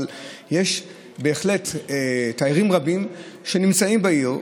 אבל יש בהחלט תיירים רבים שנמצאים בעיר.